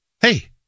Hey